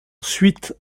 suite